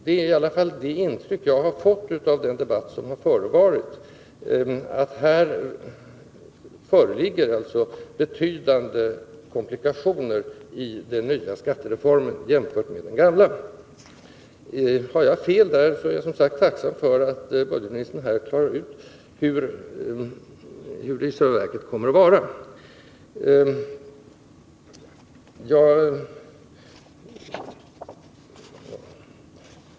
Av den debatt som förevarit har jag fått det intrycket att den nya skattereformen medför betydligt svårare komplikationer än det hittillsvarande systemet. Har jag fel är jag tacksam om budgetministern klarar ut hur det i själva verket förhåller sig med detta.